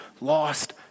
lost